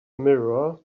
mirror